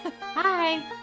Hi